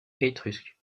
étrusque